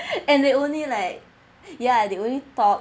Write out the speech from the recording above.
and they only like ya they only talk